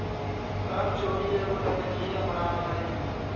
कर चोरी एगो दंडनीय अपराध हई